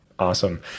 Awesome